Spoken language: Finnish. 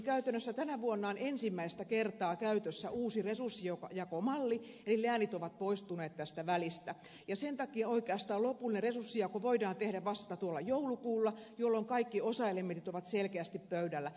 käytännössä tänä vuonna on ensimmäistä kertaa käytössä uusi resurssijakomalli eli läänit ovat poistuneet tästä välistä ja sen takia oikeastaan lopullinen resurssijako voidaan tehdä vasta joulukuulla jolloin kaikki osaelementit ovat selkeästi pöydällä